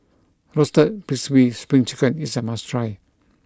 roasted crispy spring chicken is a must try